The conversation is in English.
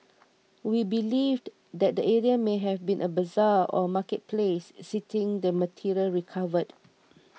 we believed that the area may have been a bazaar or marketplace citing the material recovered